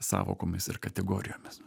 sąvokomis ir kategorijomis